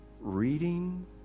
reading